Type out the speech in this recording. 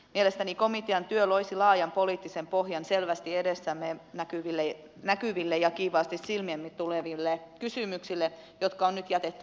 mielestäni komitean työ loisi laajan poliittisen pohjan selvästi edessämme näkyville ja kiivaasti silmiimme tuleville kysymyksille jotka on nyt jätetty lepotilaan